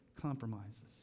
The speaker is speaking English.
compromises